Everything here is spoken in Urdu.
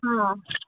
ہاں